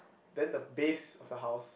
then the base of the house